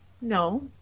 No